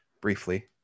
briefly